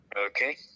Okay